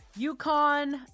UConn